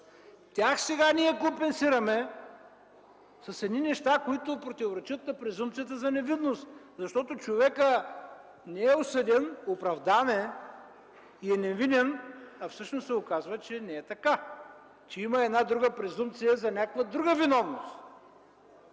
тях сега ние компенсираме с неща, които противоречат на презумпцията за невинност. Защото човекът не е осъден, оправдан е и е невинен, а всъщност се оказва, че не е така, че има презумпция за друга виновност.